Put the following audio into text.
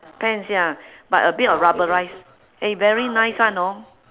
pants ya but a bit of rubberise mm very nice [one] know